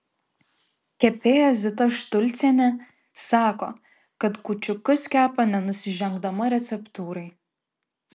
kepėja zita štulcienė sako kad kūčiukus kepa nenusižengdama receptūrai